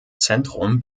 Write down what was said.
zentrum